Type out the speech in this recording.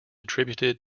attributed